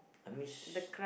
I miss